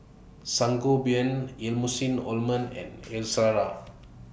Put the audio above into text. Sangobion Emulsying Ointment and Ezerra